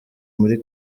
muri